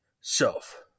self